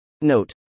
Note